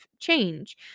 change